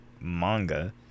manga